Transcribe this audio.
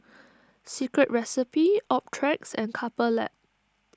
Secret Recipe Optrex and Couple Lab